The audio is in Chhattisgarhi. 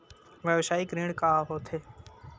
व्यवसायिक ऋण का होथे?